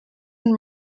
and